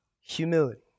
humility